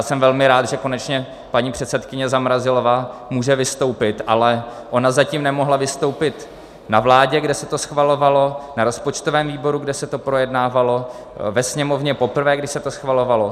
Jsem velmi rád, že konečně paní předsedkyně Zamrazilová může vystoupit, ale ona zatím nemohla vystoupit na vládě, kde se to schvalovalo, na rozpočtovém výboru, kde se to projednávalo, ve Sněmovně poprvé, kdy se to schvalovalo.